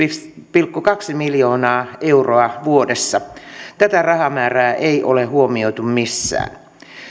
pilkku kaksi miljoonaa euroa vuodessa tätä rahamäärää ei ole huomioitu missään